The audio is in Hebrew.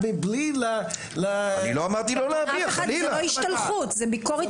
אני לא אומר את זה לגבי איש פה בוועדה,